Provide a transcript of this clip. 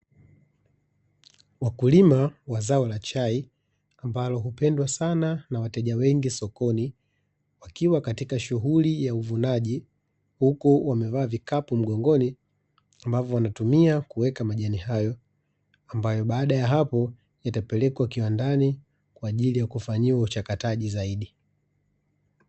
Wakulima wa zao la chai, ambalo hupendwa sana na wateja wengi sokoni, wakiwa katika shughuli ya uvunaji huku wamevaa vikapu mgongoni, ambavyo wanatumia kuweka majani hayo, ambayo baada ya hapo yatapelekwa kiwandani kwa ajili ya kufanyiwa uchakataji zaidi.